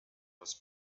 was